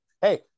hey